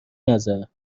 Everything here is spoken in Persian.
نظر